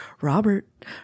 Robert